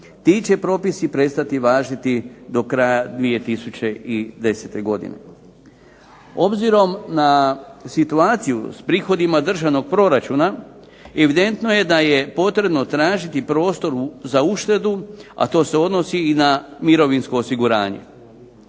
Ti će propisi prestati važiti do kraja 2010. godine. Obzirom na situaciju s prihodima državnog proračuna evidentno je da je potrebno tražiti prostor za uštedu, a to se odnosi i na mirovinsko osiguranje.